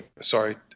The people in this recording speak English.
Sorry